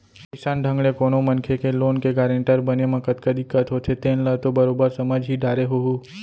अइसन ढंग ले कोनो मनखे के लोन के गारेंटर बने म कतका दिक्कत होथे तेन ल तो बरोबर समझ ही डारे होहूँ